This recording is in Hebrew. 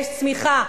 יש צמיחה.